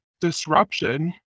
disruption